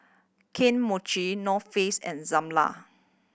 Kane Mochi North Face and Zalia